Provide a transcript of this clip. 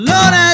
Lord